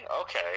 Okay